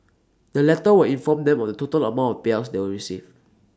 the letter will inform them of the total amount payouts they will receive